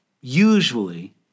usually